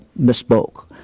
misspoke